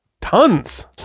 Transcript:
Tons